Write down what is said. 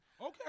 Okay